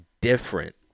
different